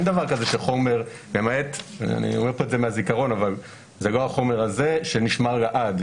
אני אומר מהזיכרון שזה לא החומר הזה שנשמר לעד.